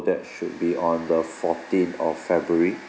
that should be on the fourteen of february